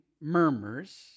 murmurs